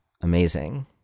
Amazing